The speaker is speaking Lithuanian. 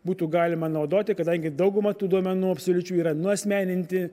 būtų galima naudoti kadangi dauguma tų duomenų absoliučių yra nuasmeninti